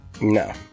No